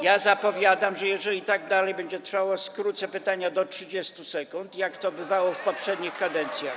ja zapowiadam, że jeżeli to dalej będzie trwało, skrócę pytania do 30 sekund, tak jak to bywało w poprzednich kadencjach.